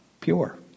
pure